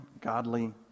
godly